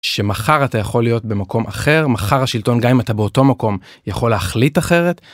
שמחר אתה יכול להיות במקום אחר מחר השלטון גם אם אתה באותו מקום יכול להחליט אחרת.